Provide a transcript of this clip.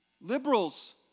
liberals